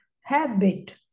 habit